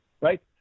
right